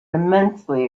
immensely